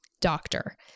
doctor